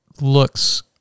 looks